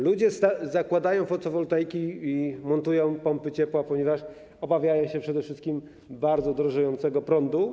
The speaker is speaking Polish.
Ludzie zakładają fotowoltaikę i montują pompy ciepła, ponieważ obawiają się przede wszystkim bardzo drożejącego prądu.